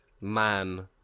man